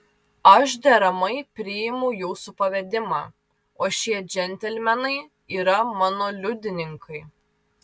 aš deramai priimu jūsų pavedimą o šie džentelmenai yra mano liudininkai